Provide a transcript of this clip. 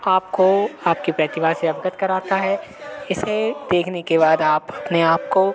आपको आपकी प्रतिभा से अवगत कराता है इसे देखने के बाद आप अपने आपको